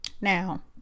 now